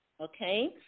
okay